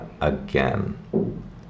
again